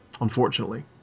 unfortunately